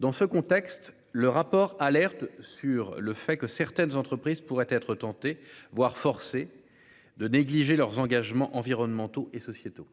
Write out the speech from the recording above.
Dans ce contexte, le rapport alerte sur le fait que certaines entreprises pourraient être tentées voir forcés. De négliger leurs engagements environnementaux et sociétaux.